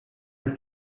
and